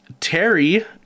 Terry